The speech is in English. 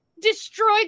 destroyed